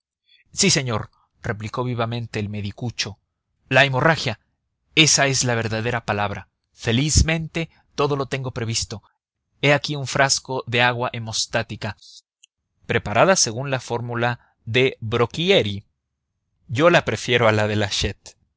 hemorragia sí señor replicó vivamente el medicucho la hemorragia esa es la verdadera palabra felizmente todo lo tengo previsto he aquí un frasco de agua hemostática preparada según la fórmula de brocchieri yo la prefiero a la de